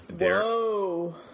Whoa